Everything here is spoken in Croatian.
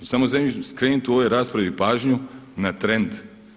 I samo skrenite u ovoj raspravi pažnju na trend.